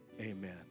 Amen